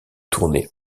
tournée